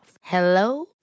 Hello